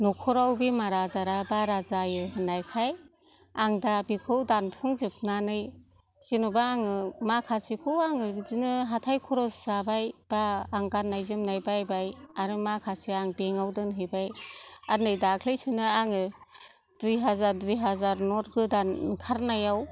न'खराव बेराम आजारा बारा जायो होन्नायखाय आं दा बिखौ दानफ्लंजोबनानै जेनेबा आङो माखासेखौ आङो बिदिनो हाथाय खरस जाबाय बा आं गाननाय जोमनाय बायबाय आरो माखासे आं बेंकआव दोनहैबाय आर नै दाख्लैसोना आङो दुइ हाजार दुइ हाजार नथ गोदान ओंखारनायाव